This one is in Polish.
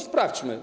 Sprawdźmy.